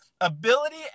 ability